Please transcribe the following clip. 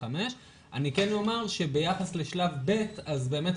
אני כן אומר שביחס לשלב ב' אז באמת,